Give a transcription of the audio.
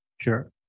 Sure